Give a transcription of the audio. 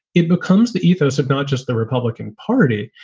it becomes the ethos of not just the republican party,